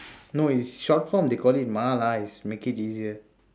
no is short form they call it MA lah is make it easier